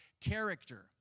character